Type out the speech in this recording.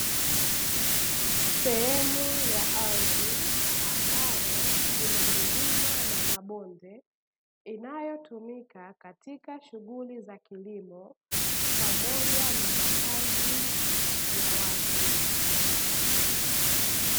Sehemu ya ardhi ambayo ina milima na mabonde, inayotumika katika shughuli za kilimo pamoja na makazi ya watu.